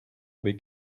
big